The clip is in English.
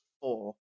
four